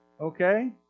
Okay